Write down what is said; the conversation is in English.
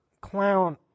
clown